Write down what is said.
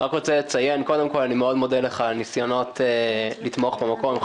קודם כול אני מודה לך מאוד על הניסיונות לתמוך במקום,